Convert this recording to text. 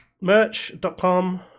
merch.com